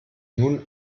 nun